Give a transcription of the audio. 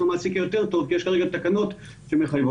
מעסיק יותר טוב כי יש כרגע תקנות שמחייבות.